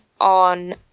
on